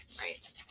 Right